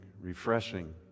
refreshing